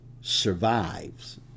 survives